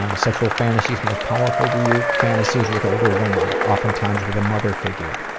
ah sexual fantasies most powerful to you fantasies with older women. often time with a mother figure.